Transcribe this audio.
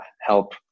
help